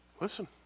Listen